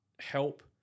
help